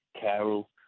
Carol